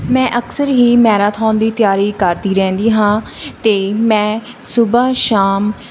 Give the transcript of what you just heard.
ਮੈਂ ਅਕਸਰ ਹੀ ਮੈਰਾਥੋਨ ਦੀ ਤਿਆਰੀ ਕਰਦੀ ਰਹਿੰਦੀ ਹਾਂ ਅਤੇ ਮੈਂ ਸੁਬ੍ਹਾ ਸ਼ਾਮ